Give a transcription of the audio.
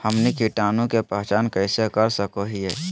हमनी कीटाणु के पहचान कइसे कर सको हीयइ?